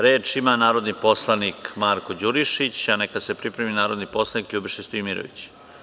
Reč ima narodni poslanik Marko Đurišić, a neka se pripremi narodni poslanik Ljubiša Stojmirović.